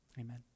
Amen